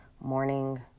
morning